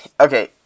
okay